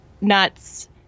nuts